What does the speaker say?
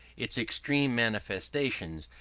its extreme manifestations,